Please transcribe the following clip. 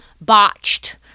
botched